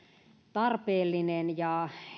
tarpeellinen